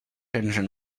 engine